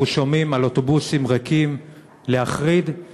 אנחנו שומעים על אוטובוסים ריקים להחריד.